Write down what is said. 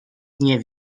nie